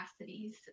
capacities